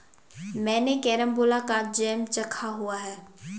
मैंने कैरमबोला का जैम चखा हुआ है